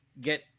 get